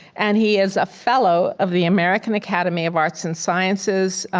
and he is a fellow of the american academy of arts and sciences,